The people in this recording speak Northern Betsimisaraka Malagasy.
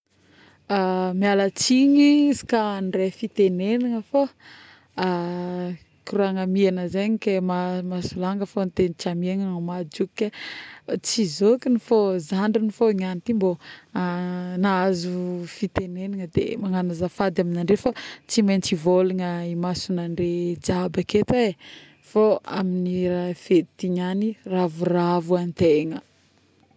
˂hesitation˃mialatsigny izy ka andray fitenegnana fô ˂hesitation˃ koragna amegna zegny ke mahasolanga fa tegny tsy amegna mahajoko ke, tsy zokigny fô zandrigny fô niagny ty mbô˂hesitation˃ nahazo fitegnegnana de magnano azafady aminareo fa tsy maintsy mivolagna imasognare jiaby aketo ee, fô amin'ny fety niagny ravoravo antegna